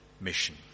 mission